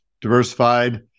diversified